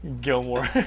Gilmore